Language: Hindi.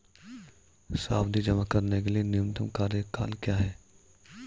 सावधि जमा के लिए न्यूनतम कार्यकाल क्या है?